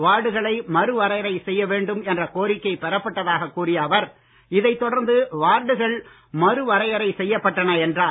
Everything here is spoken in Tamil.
வார்டுகளை மறுவரையறை செய்யவேண்டும் என்ற கோரிக்கை பெறப்பட்டதாகக் கூறிய அவர் இதைத் தொடர்ந்து வார்டுகள் மறுவரையறை செய்யப்பட்டன என்றார்